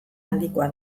handikoa